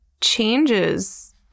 changes